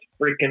freaking